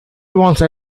once